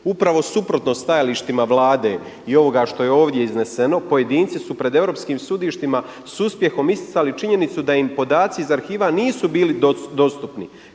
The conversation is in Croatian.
Upravo suprotno stajalištima Vlade i ovoga što je ovdje izneseno pojedinci su pred europskih sudištima s uspjehom isticali činjenicu da im podaci iz arhiva nisu bili dostupni